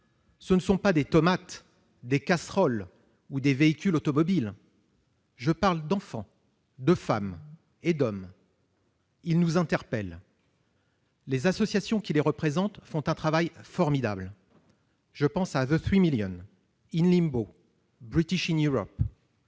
là non pas de tomates, de casseroles ou de véhicules automobiles, mais d'enfants, de femmes et d'hommes. Ils nous interpellent. Les associations qui les représentent font un travail formidable. Je pense à the3million, à ln Limbo ou British in Europe.